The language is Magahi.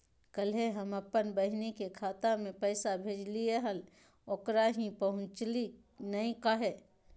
कल्हे हम अपन बहिन के खाता में पैसा भेजलिए हल, ओकरा ही पहुँचलई नई काहे?